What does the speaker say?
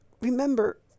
Remember